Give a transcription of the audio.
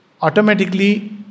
automatically